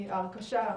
מההרכשה,